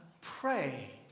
pray